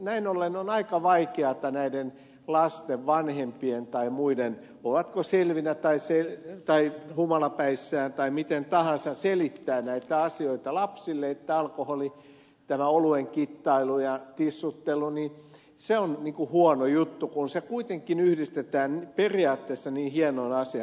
näin ollen on aika vaikeata näiden lasten vanhempien tai muiden ovatko selvinä tai humalapäissään tai miten tahansa selittää näitä asioita lapsille sitä että alkoholi tämä oluen kittailu ja tissuttelu on huono juttu kun se kuitenkin yhdistetään periaatteessa niin hienoon asiaan kuin urheilu